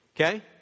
okay